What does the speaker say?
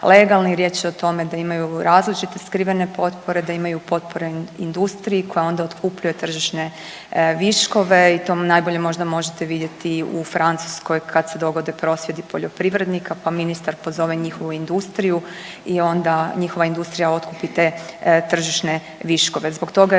Riječ je o tome da imaju različite skrivene potpore, da imaju potpore industriji koja onda otkupljuje tržišne viškove i to najbolje možda možete vidjeti u Francuskoj kad se dogode prosvjedi poljoprivrednika, pa ministar pozove njihovu industriju i onda njihova industrija otkupi te tržišne viškove.